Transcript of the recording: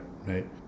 right